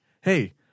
hey